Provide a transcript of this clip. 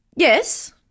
Yes